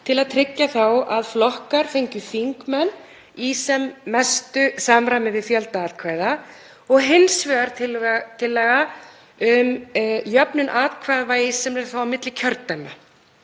til að tryggja þá að flokkar fengju þingmenn í sem mestu samræmi við fjölda atkvæða, og hins vegar tillaga um jöfnun atkvæðavægis sem er þá á milli kjördæma.